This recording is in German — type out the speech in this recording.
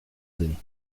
sinn